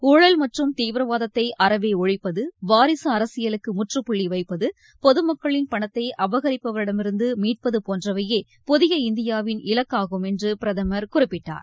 ஊழல் மற்றும் தீவிரவாதத்தை அறவே ஒழிப்பது வாரிசு அரசியலுக்கு முற்றுப்புள்ளி வைப்பது பொதுமக்களின் பணத்தை அபகரிப்பவரிடமிருந்து மீட்பது போன்றவையே புதிய இந்தியாவின் இலக்காகும் என்று பிரதமர் குறிப்பிட்டார்